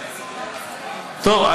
טוב,